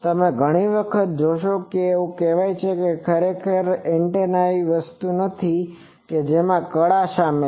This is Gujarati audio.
તમે ઘણી વખત જોશો કે એવું કહેવાય છે કે ખરેખર એન્ટેના એ એવી વસ્તુ છે જેમાં કળા શામેલ છે